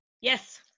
yes